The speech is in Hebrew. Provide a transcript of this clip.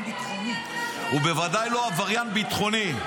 הוא בוודאי לא עבריין ביטחוני.